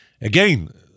Again